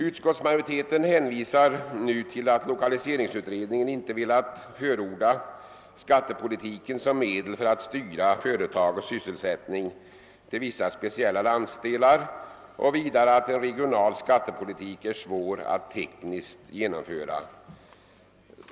Utskottsmajoriteten hänvisar nu till att lokaliseringsutredningen inte velat förorda skattepolitiken som medel för att styra företag och sysselsättning till vissa speciella landsdelar och till att en regional skat tepolitik är svår att tekniskt genomföra.